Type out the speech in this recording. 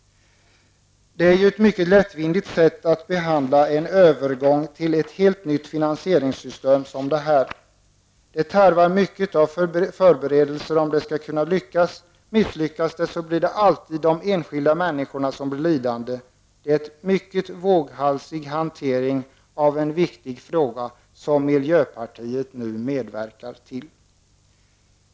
Det är ju ett mycket lättvindigt sätt att behandla en övergång till ett helt nytt finansieringssystem som detta. Det tarvar mycket av förberedelser om det skall lyckas. Misslyckas det blir det alltid de enskilda människorna som blir lidande. Det är en mycket våghalsig hantering av en viktig fråga, som miljöpartiet nu medverkar till.